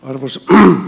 arvoisa puhemies